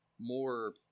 more